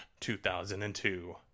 2002